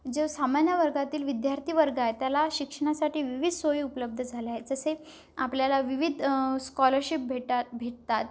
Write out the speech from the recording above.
जेंव्हा सामान्य वर्गातील विध्यार्थी वर्ग आहे त्याला शिक्षणासाठी विविध सोयी उपलब्ध झाल्याय जसे आपल्याला विविध स्कॉलरशिप भेटात भेटतात